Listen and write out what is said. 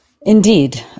Indeed